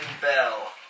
bell